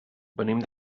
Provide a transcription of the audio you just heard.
venim